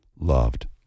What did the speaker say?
loved